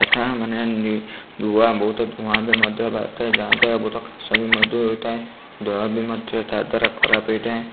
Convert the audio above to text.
ଯଥା ମାନେ ଧୂଆଁ ବହୁତ ଧୂଆଁ ବି ମଧ୍ୟ ବାହାରୁଥାଏ ଯାହାଦ୍ୱାରା ବହୁତ କାଶ ବି ମଧ୍ୟ ହେଉଥାଏ ଦେହ ବି ମଧ୍ୟ ତା'ଦ୍ଵାରା ଖରାପ ହୋଇଥାଏ